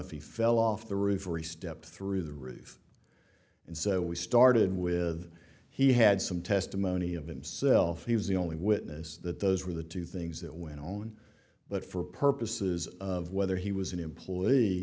if he fell off the roof or he stepped through the roof and so we started with he had some testimony of him self he was the only witness that those were the two things that went on but for purposes of whether he was an employee